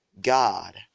God